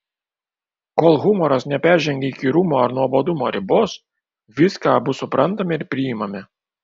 kol humoras neperžengia įkyrumo ar nuobodumo ribos viską abu suprantame ir priimame